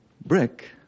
Brick